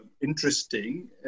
interesting